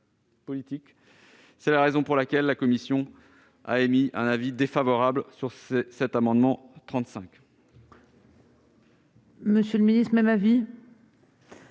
C'est la raison pour laquelle la commission a émis un avis défavorable sur cet amendement.